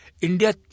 India